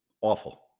awful